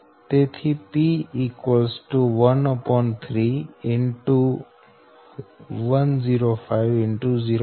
તેથી P 13X 105 X 0